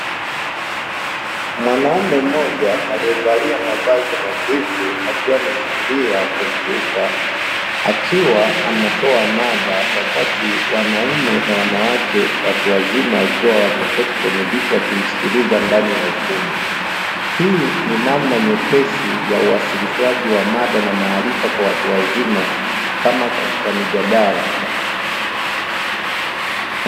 Mwanaume mmoja aliyevalia mavazi nadhifu akiwa ameshikilia kompyuta, akiwa anatoa mada wakati wanaume na wanawake watu wazima wakiwa wameketi kwenye viti wakimsikiliza ndani ya ukumbi. Hii ni namna nyepesi ya uwasilishwaji wa mada na maarifa kwa watu wazima kama katika mijadala.